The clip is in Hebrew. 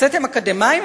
הוצאתם אקדמאים?